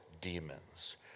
demons